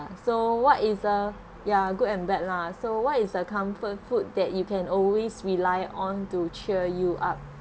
so what is a ya good and bad lah so what is the comfort food that you can always rely on to cheer you up